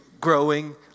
growing